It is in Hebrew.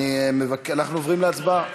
אנחנו עוברים להצבעה.